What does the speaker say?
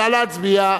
נא להצביע.